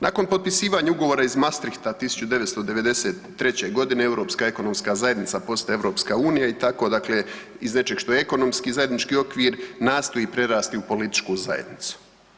Nakon potpisivanja Ugovora iz Maastrichta 1993.g. Europska ekonomska zajednica postaje EU i tako dakle iz nečeg što je ekonomski i zajednički okvir nastoji prerasti u političku zajednicu.